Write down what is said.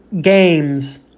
games